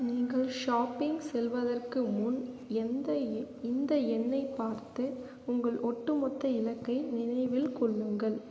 நீங்கள் ஷாப்பிங் செல்வதற்கு முன் எந்த இந்த எண்ணைப் பார்த்து உங்கள் ஒட்டுமொத்த இலக்கை நினைவில் கொள்ளுங்கள்